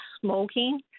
smoking